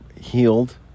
healed